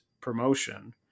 promotion